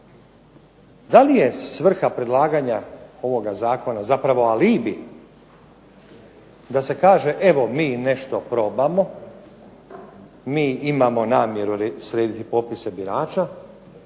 Da li je svrha predlaganja ovoga zakona zapravo alibi da se kaže evo mi nešto probamo, mi imamo namjeru srediti popise birača,